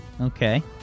Okay